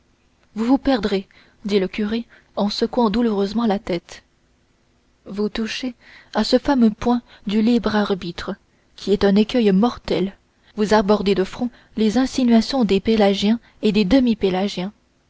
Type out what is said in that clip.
vous vous perdrez dit le curé en secouant douloureusement la tête vous touchez à ce fameux point du libre arbitre qui est un écueil mortel vous abordez de front les insinuations des pélagiens et des